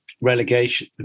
relegation